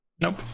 Nope